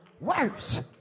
worse